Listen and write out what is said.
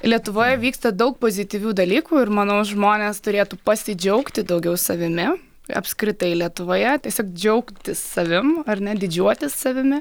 lietuvoje vyksta daug pozityvių dalykų ir manau žmonės turėtų pasidžiaugti daugiau savimi apskritai lietuvoje tiesiog džiaugtis savim ar ne didžiuotis savimi